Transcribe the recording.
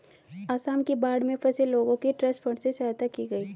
आसाम की बाढ़ में फंसे लोगों की ट्रस्ट फंड से सहायता की गई